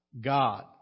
God